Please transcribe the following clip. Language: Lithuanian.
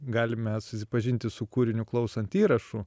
galime susipažinti su kūriniu klausant įrašų